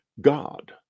God